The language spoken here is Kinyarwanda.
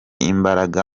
imbaraga